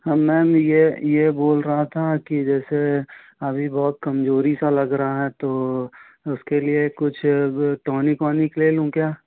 हाँ मैम यह यह बोल रहा था कि जैसे अभी बहुत कमज़ोरी सा लग रहा है तो उसके लिए कुछ टॉनिक वॉनिक ले लूँ क्या